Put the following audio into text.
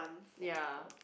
ya